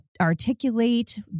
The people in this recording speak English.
articulate